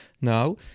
Now